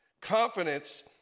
Confidence